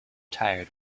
tired